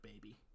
baby